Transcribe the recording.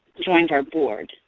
joined our board.